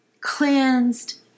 cleansed